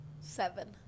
seven